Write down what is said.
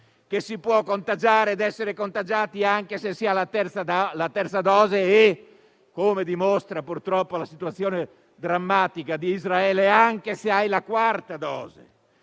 che si può contagiare ed essere contagiati anche se si ha la terza dose e - come dimostra, purtroppo, la situazione drammatica di Israele - anche se si ha la quarta dose.